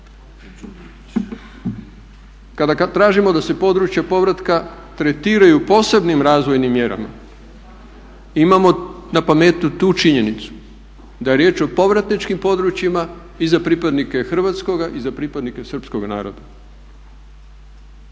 kada mi tražimo da se područja povratka tretiraju posebnim razvojnim mjerama, imamo na pameti tu činjenicu da je riječ o povratničkim područjima i za pripadnike hrvatskoga i za pripadnike srpskog naroda.